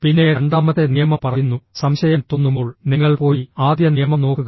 പിന്നെ രണ്ടാമത്തെ നിയമം പറയുന്നു സംശയം തോന്നുമ്പോൾ നിങ്ങൾ പോയി ആദ്യ നിയമം നോക്കുക